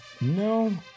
No